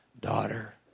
daughter